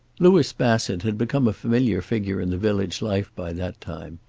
louis bassett had become a familiar figure in the village life by that time.